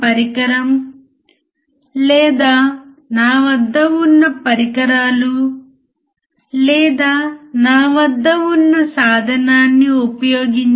అలాగే దీనిని బఫర్ అని ఎందుకు పిలుస్తారు